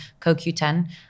CoQ10